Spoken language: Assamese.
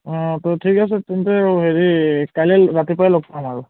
অঁ ত' ঠিক আছে তেন্তে হেৰি কাইলৈ ৰাতিপুৱাই লগ পাম আৰু